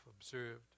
Observed